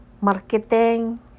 marketing